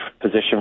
position